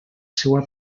seua